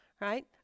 right